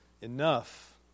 Enough